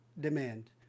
demand